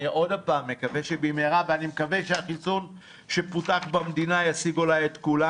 אני מקווה שבמהרה ואני מקווה שהחיסון שפותח במדינה אולי ישיג את כולם